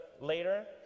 later